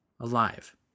alive